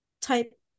type